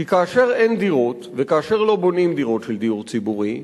כי כאשר אין דירות וכאשר לא בונים דירות של דיור ציבורי,